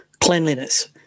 cleanliness